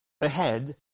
ahead